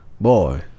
boy